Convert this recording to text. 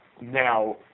Now